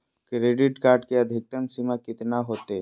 Credit card के अधिकतम सीमा कितना होते?